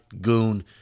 Goon